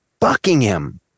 Buckingham